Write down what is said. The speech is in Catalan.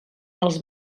els